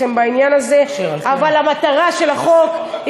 הוועדה, המקסימות שנמצאות פה.